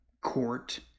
court